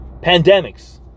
pandemics